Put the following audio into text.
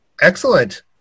excellent